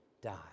die